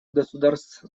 государств